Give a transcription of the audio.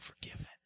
forgiven